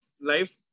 life